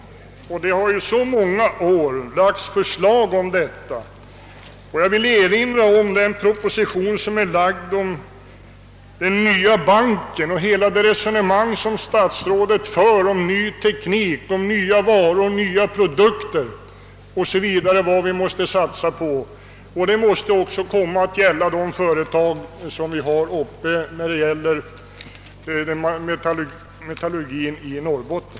Förslag härom har ju framförts så många gånger, och jag vill erinra om propositionen rörande den nya banken och hela det resonemang som statsrådet där för om ny teknik, nya produkter 0. s. v. som vi måste satsa på. Detta måste också gälla företag för den statliga metallurgiska industrin i Norrbotten.